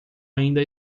ainda